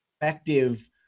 effective